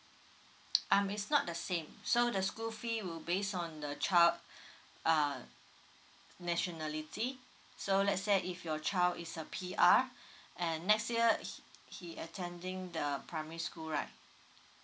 um it's not the same so the school fee will based on the child uh nationality so let's say if your child is a P_R and next year he he attending the primary school right